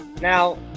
Now